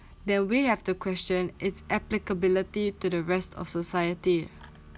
then we have to question its applicability to the rest of society